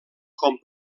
com